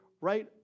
right